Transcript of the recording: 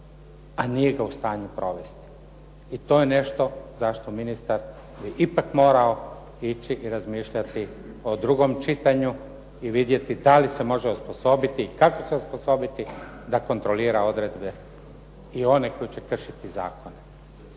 a nije ga u stanju provesti i to je nešto za što ministar bi ipak morao ići i razmišljati o drugom čitanju i vidjeti da li se može osposobiti i kako se osposobiti da kontrolira odredbe i one koji će kršiti zakone.